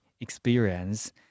experience